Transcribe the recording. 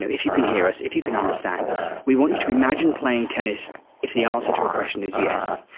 if you can hear us, if you can understand us, we want you to imagine playing tennis if the answer to a question is yes,